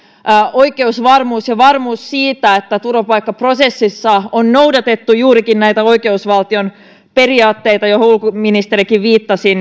oikeusvarmuutta ja varmuutta siitä että turvapaikkaprosessissa on noudatettu juurikin näitä oikeusvaltion periaatteita joihin ulkoministerikin viittasi